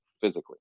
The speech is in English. physically